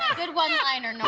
one-liner, norm.